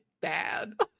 bad